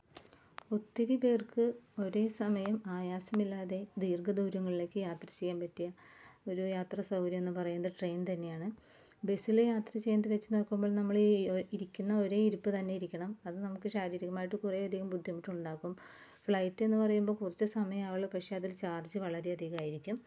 ഒത്തിരി പേര്ക്ക് ഒരേസമയം ആയാസമില്ലാതെ ദീര്ഘദൂരങ്ങളിലേക്ക് യാത്ര ചെയ്യാൻ പറ്റിയ ഒരു യാത്ര സൗകര്യമെന്ന് പറയുന്നത് ട്രെയ്ന് തന്നെയാണ് ബെസ്സിൽ യാത്രചെയ്യുന്നത് വെച്ചുനോക്കുമ്പോൾ നമ്മളീ ഇരിക്കുന്ന ഒരേ ഇരിപ്പ് തന്നെ ഇരിക്കണം അത് നമുക്ക് ശാരീരികമായിട്ട് കുറേ അധികം ബുദ്ധിമുട്ടുണ്ടാക്കും ഫ്ലൈറ്റെ ന്ന് പറയുമ്പോൾ കുറച്ച് സമയമേ ആവുകയുളളൂ പക്ഷെ അതില് ചാര്ജ് വളരെയധികമായിരിക്കും